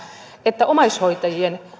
että omaishoitajien